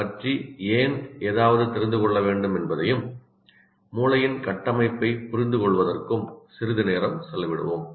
' பற்றி ஏன் ஏதாவது தெரிந்து கொள்ள வேண்டும் என்பதையும் மூளையின் கட்டமைப்பைப் புரிந்துகொள்வதற்கும் சிறிது நேரம் செலவிடுவோம்